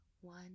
one